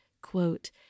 Quote